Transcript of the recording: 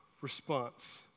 response